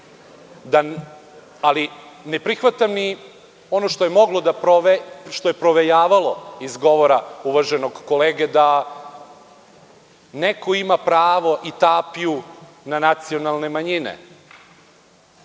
prihvatam to što je provejavalo iz govora uvaženog kolege da neko ima pravo na tapiju na nacionalne manjine.